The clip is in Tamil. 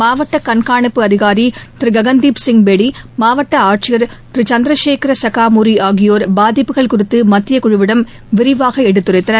மாவட்ட கண்காணிப்பு அதிகாரி திரு ககன்தீப் சிங் பேடி மாவட்ட ஆட்சியர் திரு சந்திர சேகர க்கா மூரி ஆகியோர் பாதிப்புகள் குறித்து மத்திய குழுவிடம் விரிவாக எடுத்துரைத்தனர்